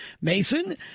Mason